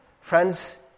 Friends